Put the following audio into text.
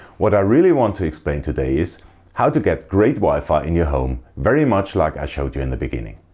what i really want to explain today is how to get great wi-fi in your home very much like i showed you in the beginning.